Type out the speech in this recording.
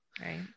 Right